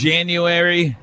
January